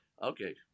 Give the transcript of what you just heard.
Okay